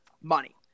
money